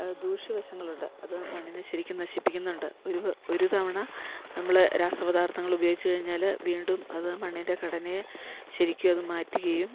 ദൂഷ്യ വശങ്ങളുണ്ട് അത് മണ്ണിനെ ശരിക്കും നശിപ്പിക്കുന്നുണ്ട് ഒരു ഒരു തവണ നമ്മള് രാസപദാർഥങ്ങളുപയോഗിച്ച് കഴിഞ്ഞാല് വീണ്ടും അത് മണ്ണിൻ്റെ ഘടനയെ ശരിക്കുവത് മാറ്റുകയും